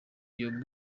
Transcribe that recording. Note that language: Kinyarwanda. yobo